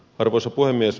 arvoisa puhemies